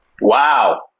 Wow